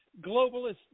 globalist